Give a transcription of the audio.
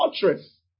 fortress